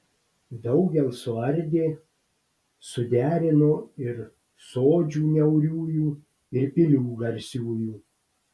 daugel suardė suderino ir sodžių niauriųjų ir pilių garsiųjų